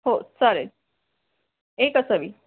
हो चालेल एकच हवी